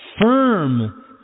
Firm